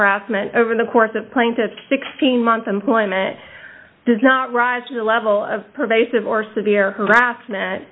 harassment over the course of plaintiff's sixteen month employment does not rise to the level of pervasive or severe harassment